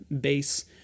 base